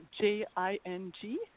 J-I-N-G